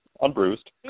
unbruised